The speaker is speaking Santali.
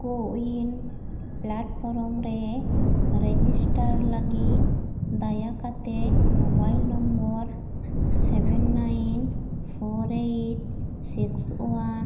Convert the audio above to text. ᱠᱳᱼᱩᱭᱤᱱ ᱯᱞᱟᱴᱯᱷᱨᱚᱢ ᱨᱮ ᱨᱮᱡᱤᱥᱴᱟᱨ ᱞᱟᱹᱜᱤᱫ ᱫᱟᱭᱟᱠᱟᱛᱮ mobile number seven nine four eight six one